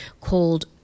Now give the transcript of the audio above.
called